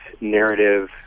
narrative